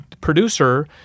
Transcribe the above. producer